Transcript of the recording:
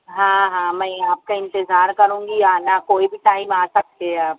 ہاں ہاں میں آپ کا انتظار کروں گی آنا کوئی بھی ٹائم آ سکتے ہیں آپ